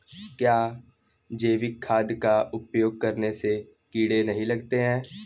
क्या जैविक खाद का उपयोग करने से कीड़े नहीं लगते हैं?